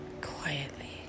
quietly